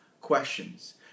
questions